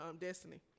Destiny